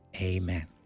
Amen